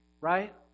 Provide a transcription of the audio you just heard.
Right